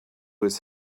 his